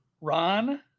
Ron